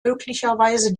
möglicherweise